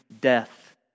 death